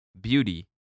beauty